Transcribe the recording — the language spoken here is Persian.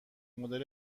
مدل